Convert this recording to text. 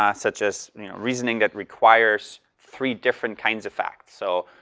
ah such as reasoning that requires three different kinds of facts. so,